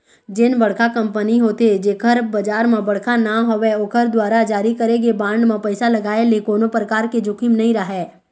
जेन बड़का कंपनी होथे जेखर बजार म बड़का नांव हवय ओखर दुवारा जारी करे गे बांड म पइसा लगाय ले कोनो परकार के जोखिम नइ राहय